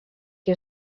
que